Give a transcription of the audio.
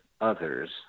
others